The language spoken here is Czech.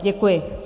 Děkuji.